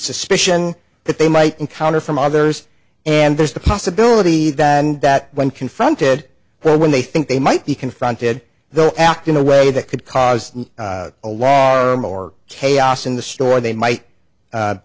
suspicion that they might encounter from others and there's the possibility than that when confronted when they think they might be confronted the act in a way that could cause alarm or chaos in the store they might